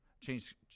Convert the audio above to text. change